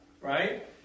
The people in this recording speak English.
right